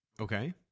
Okay